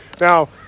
Now